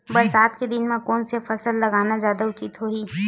बरसात के दिन म कोन से फसल लगाना जादा उचित होही?